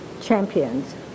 champions